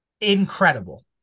Incredible